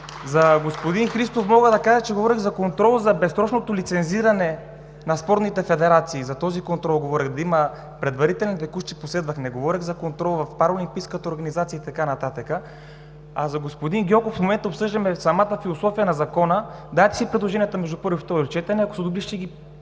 На господин Христов мога да кажа, че говорех за контрола на безсрочното лицензиране на спортните федерации. За този контрол говорех: да има предварителен, текущ и последващ. Не говорех за контрола в параолимпийската организация и така нататък. За господин Гьоков. В момента обсъждаме самата философия на Закона. Дайте си предложенията между първо и второ четене. Ако са добри,